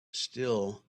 still